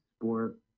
sport